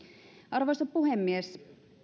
arvoisa puhemies